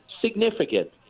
significant